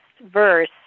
verse